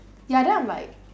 ya then I'm like